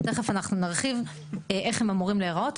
ותכף אנחנו נרחיב איך הם אמורים להיראות.